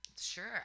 Sure